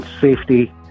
safety